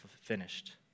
finished